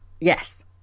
Yes